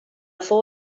fou